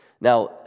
Now